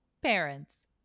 parents